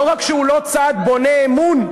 לא רק שהוא לא צעד בונה אמון,